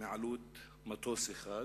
מעלות מטוס אחד.